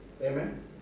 Amen